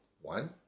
One